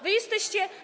Wy jesteście.